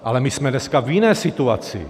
Ale my jsme dneska v jiné situaci.